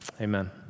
Amen